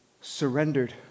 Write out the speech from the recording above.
surrendered